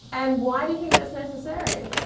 and why do you think that's necessary?